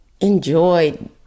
enjoyed